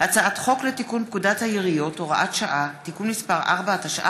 הצעת חוק הביטוח הלאומי (תיקון מס'